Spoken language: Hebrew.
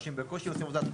בקושי שני אנשים.